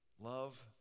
Love